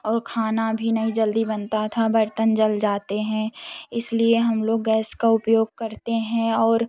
और खाना भी नहीं जल्दी बनता था बर्तन जल जाते हैं इसलिए हम लोग गैस का उपयोग करते हैं और